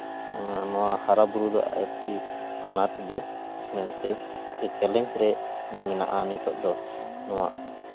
ᱱᱚᱣᱟ ᱦᱟᱨᱟᱼᱵᱩᱨᱩ ᱫᱚ ᱟᱹᱰᱤ ᱟᱱᱟᱴ ᱜᱮ ᱢᱮᱱᱛᱮ ᱥᱮ ᱪᱮᱞᱮᱧᱡᱽ ᱨᱮ ᱢᱮᱱᱟᱜᱼᱟ ᱱᱤᱛᱚᱜ ᱫᱚ ᱱᱚᱣᱟ